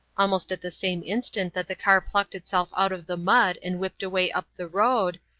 almost at the same instant that the car plucked itself out of the mud and whipped away up the road,